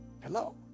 Hello